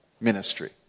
ministry